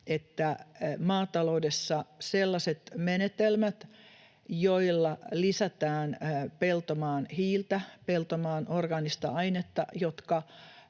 että maataloudessa sellaiset menetelmät, joilla lisätään peltomaan hiiltä, peltomaan orgaanista ainetta,